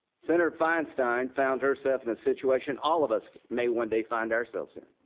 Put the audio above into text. senator feinstein found herself in a situation all of us may one day find ourselves in,